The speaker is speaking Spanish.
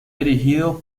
dirigido